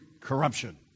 corruption